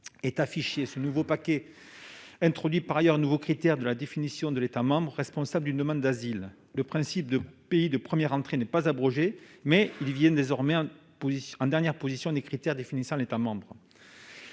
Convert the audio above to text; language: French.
est affiché. Ce nouveau paquet introduit par ailleurs un nouveau critère de la définition de l'État membre responsable d'une demande d'asile. Le principe de pays « de première entrée » n'est pas abrogé, mais il vient désormais en dernière position. La modification des